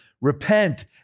repent